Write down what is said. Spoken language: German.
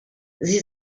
sie